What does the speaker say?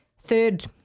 Third